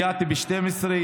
הגעתי ב-12:00,